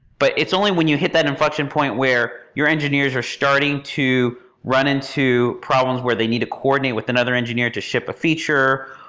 but it's only when you hit that inflection point where your engineers are starting to run into problems where they need to coordinate with another engineer to ship a feature,